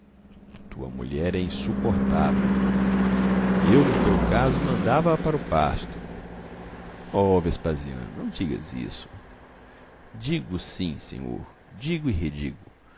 tua mulher é insuportável eu no teu caso mandava a para o pasto oh vespasiano não digas isso digo sim senhor digo e redigo